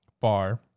bar